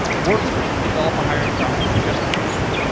work with me to develop a hiring process just for you.